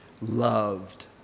loved